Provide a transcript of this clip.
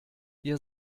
ihr